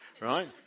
right